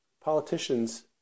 politicians